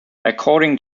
according